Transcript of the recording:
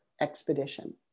expedition